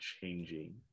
changing